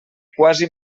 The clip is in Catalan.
quasi